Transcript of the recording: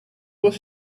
was